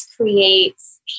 creates